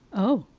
oh.